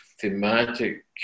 thematic